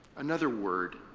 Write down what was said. another word,